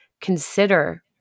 consider